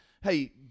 Hey